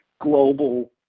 global